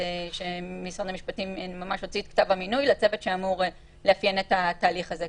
משרד המשפטים הוציא את כתב המינוי לצוות שאמור לאפיין את התהליך הזה.